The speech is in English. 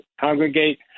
congregate